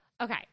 okay